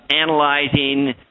analyzing